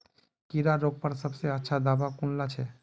कीड़ा रोकवार सबसे अच्छा दाबा कुनला छे?